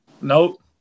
Nope